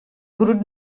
grup